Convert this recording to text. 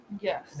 Yes